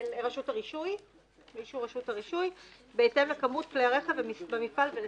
רשות הרישוי בהתאם לכמות כלי הרכב במפעל ולסוגיו.